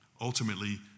Ultimately